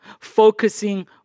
Focusing